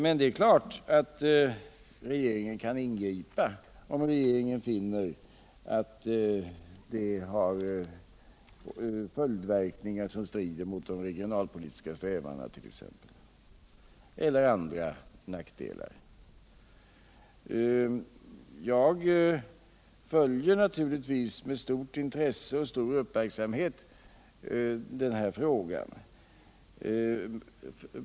Men det är klart att regeringen kan ingripa om regeringen finner att följdverkningar uppstår som strider mot exempelvis de regionalpolitiska strävandena eller som ger andra nackdelar. Jag följer naturligtvis med stort intresse och stor uppmärksamhet den här frågan.